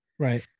Right